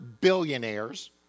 billionaires